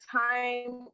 time